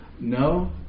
No